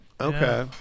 Okay